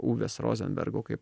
uvės rozenbergo kaip